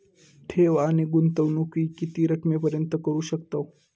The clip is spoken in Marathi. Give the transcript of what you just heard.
ठेव आणि गुंतवणूकी किती रकमेपर्यंत करू शकतव?